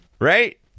Right